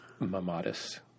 Mamatis